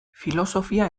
filosofia